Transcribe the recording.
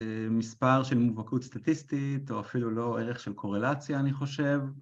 ‫מספר של מובהקות סטטיסטית ‫או אפילו לא ערך של קורלציה, אני חושב.